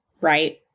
right